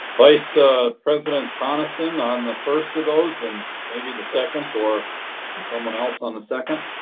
vice ah president tonneson on the first of those, and maybe the second or someone else on the second.